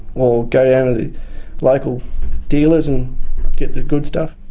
or go and the local dealers and get the good stuff.